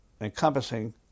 encompassing